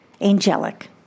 angelic